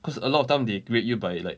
cause a lot of time they grade you by like